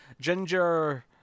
Ginger